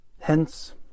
Hence